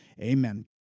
Amen